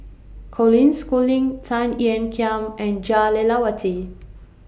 Colin Schooling Tan Ean Kiam and Jah Lelawati